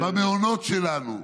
במעונות שלנו.